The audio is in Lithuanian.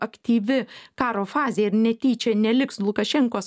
aktyvi karo fazė ir netyčia neliks lukašenkos